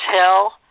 tell